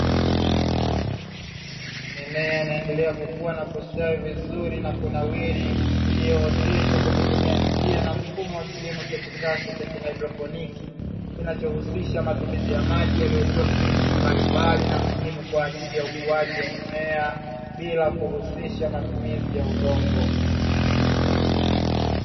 Mimea inaendelea kukua na kustawi vizuri na kunawiri iliyooteshwa kwa kutumia njia na mfumo wa kilimo cha kisasa cha kihaidroponi, kinachohusisha matumizi ya maji yaliyotua virutubisho mbalimbali na muhimu kwa ajili ya ukuaji wa mimea bila kuhusisha matumizi ya udongo.